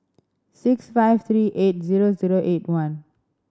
six five three eight zero zero eight one